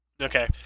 Okay